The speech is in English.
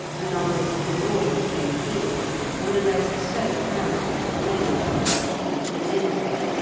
a number of the marauders being killed and the rest so harried that many of them must leave the neighbourhood,